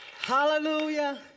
Hallelujah